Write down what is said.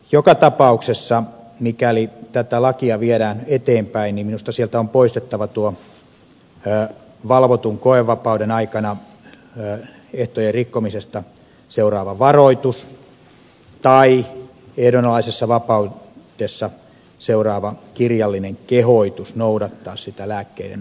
joka tapauksessa mikäli tätä lakia viedään eteenpäin minusta sieltä on poistettava tuo valvotun koevapauden aikana ehtojen rikkomisesta seuraava varoitus tai ehdonalaisessa vapaudessa seuraava kirjallinen kehotus noudattaa sitä lääkkeiden ottoa